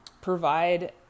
provide